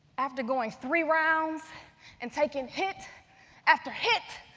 after going three rounds and taking hit after hit,